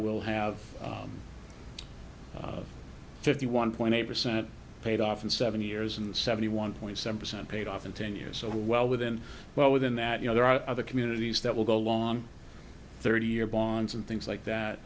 we'll have fifty one point eight percent paid off in seven years and seventy one point seven percent paid off in ten years so well within well within that you know there are other communities that will go along on thirty year bonds and things like that